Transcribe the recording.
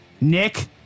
Nick